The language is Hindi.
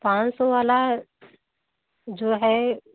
पाँच सौ वाला जो है